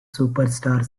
superstar